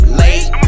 late